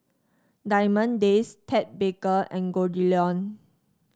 Diamond Days Ted Baker and Goldlion